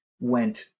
went